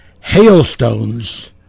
hailstones